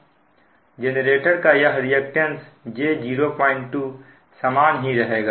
generator का यह reactance j02 समान ही रहेगा